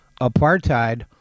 apartheid